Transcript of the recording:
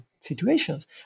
situations